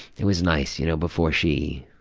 it was nice you know before she.